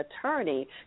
attorney